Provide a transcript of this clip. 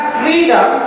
freedom